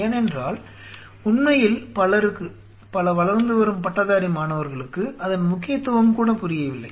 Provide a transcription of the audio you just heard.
ஏனென்றால் உண்மையில் பலருக்கு பல வளர்ந்துவரும் பட்டதாரி மாணவர்களுக்கு அதன் முக்கியத்துவம் கூட புரியவில்லை